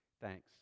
Thanks